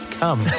come